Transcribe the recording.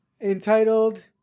entitled